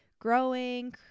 growing